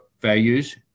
values